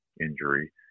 injury